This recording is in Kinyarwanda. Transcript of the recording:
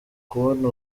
kubona